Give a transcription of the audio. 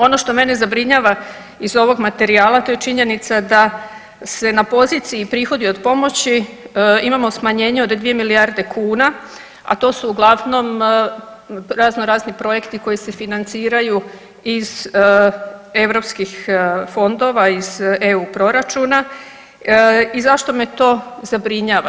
Ono što mene zabrinjava iz ovog materijala, to je činjenica da se na poziciji prihodi od pomoći imamo smanjenje od dvije milijarde kuna, a to su uglavnom razno razni projekti koji se financiraju iz europskih fondova iz eu proračuna i zašto me to zabrinjava?